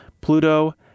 Pluto